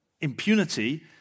impunity